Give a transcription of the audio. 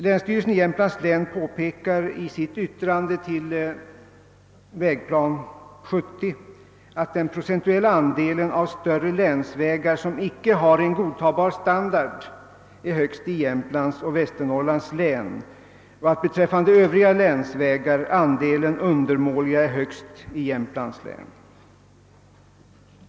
Länsstyrelsen i Jämtlands län påpekar i sitt yttrande med anledning av Vägplan 70, att den procentuella andelen av större länsvägar som icke har godtagbar standard är störst i Jämtlands och Västernorrlands län och att beträffande övriga länsvägar andelen undermåliga är störst i Jämtlands län.